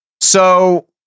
So-